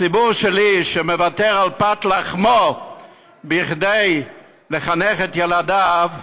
הציבור שלי, שמוותר על פת לחמו כדי לחנך את ילדיו,